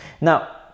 Now